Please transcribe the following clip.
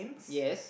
yes